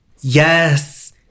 Yes